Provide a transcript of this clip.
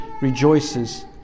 rejoices